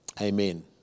Amen